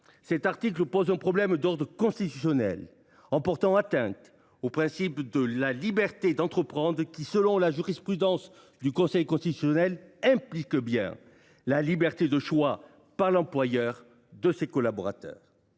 cet article soulève un problème constitutionnel en portant atteinte au principe de liberté d’entreprendre lequel, selon la jurisprudence du Conseil constitutionnel, implique la liberté pour l’employeur de choisir ses collaborateurs.